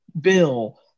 bill